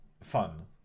fun